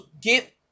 get